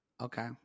Okay